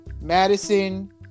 Madison